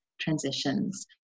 transitions